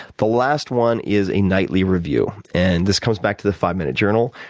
the last one is a nightly review, and this comes back to the five minute journal.